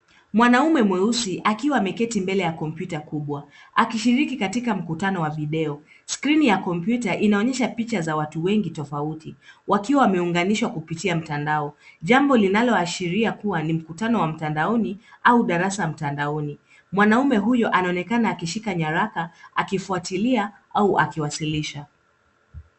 Mwanaume mweusi akiwa ameketi mbele ya kompyuta kubwa akishiriki katika mkutano wa video. Skrini ya kompyuta inaonyesha picha za watu wengi tofauti. Wakiwa wameunganishwa kupitia mtandao. Jambo linaloashiria kuwa ni mkutano wa mtandaoni au darasa ya mtandaoni. Mwanaume huyo anaonekana akishika nyaraka akifuatilia au akiwasilisha.